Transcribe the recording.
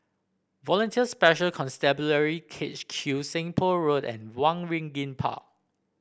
Volunteer Special Constabulary K H Q Seng Poh Road and Waringin Park